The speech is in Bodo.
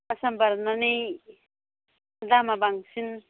आसाम बारनानै दामा बांसिन